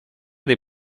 des